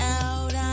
out